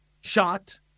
shot